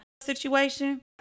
situation